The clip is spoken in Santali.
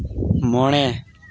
ᱢᱚᱬᱮ